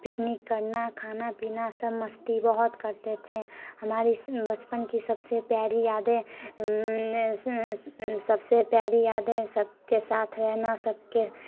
picnic करना खाना पीना सब मस्ती बहुत करते थे हमारी बचपन की सबसे प्यारी यादें सबसे प्यारी यादें सबके साथ रहना सबके